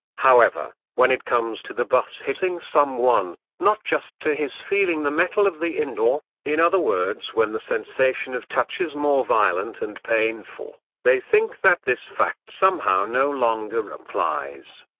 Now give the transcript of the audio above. however, when it comes to the bus hitting someone, not just to his feeling the metal of the indoor in other words when the sensation of touch is more violent and painful they think that this fact somehow no longer applies.